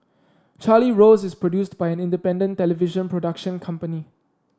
Charlie Rose is produced by an independent television production company